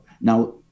now